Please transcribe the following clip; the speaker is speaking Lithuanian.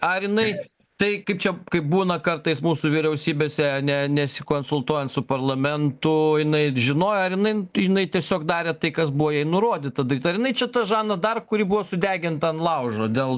ar jinai tai kaip čia kaip būna kartais mūsų vyriausybėse ne nesikonsultuojant su parlamentu jinai žinojo ar jinai jinai tiesiog darė tai kas buvo jai nurodyta ar jinai čia ta žana dar kuri buvo sudeginta ant laužo dėl